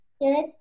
Good